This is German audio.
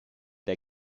der